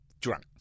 drunk